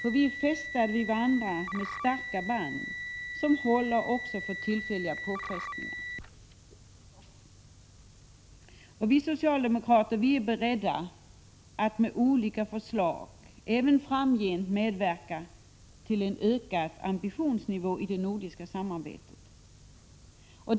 Vi är fästade vid varandra med starka band som håller också för tillfälliga påfrestningar. Vi socialdemokrater är beredda att med olika förslag även framgent medverka till en höjd ambitionsnivå i det nordiska samarbetet.